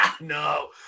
No